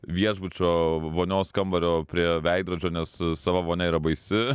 viešbučio vonios kambario prie veidrodžio nes savo vonia yra baisi